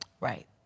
Right